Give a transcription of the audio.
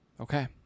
Okay